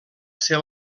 ser